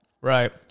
Right